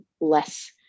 less